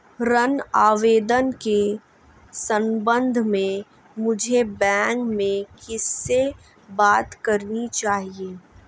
ऋण आवेदन के संबंध में मुझे बैंक में किससे बात करनी चाहिए?